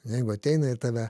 jeigu ateina ir tave